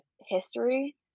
history